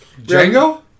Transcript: Django